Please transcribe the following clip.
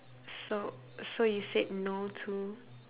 so so you said no to